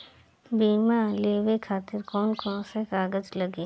बीमा लेवे खातिर कौन कौन से कागज लगी?